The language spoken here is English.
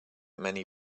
many